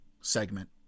segment